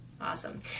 awesome